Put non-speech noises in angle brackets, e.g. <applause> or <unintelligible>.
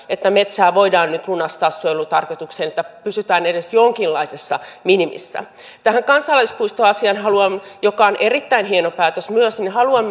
<unintelligible> että metsää voidaan nyt lunastaa suojelutarkoitukseen että pysytään edes jonkinlaisessa minimissä tähän kansallispuistoasiaan joka on myös erittäin hieno päätös haluan <unintelligible>